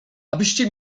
abyście